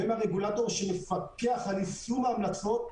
והם הרגולטור שמפקח על יישום ההמלצות,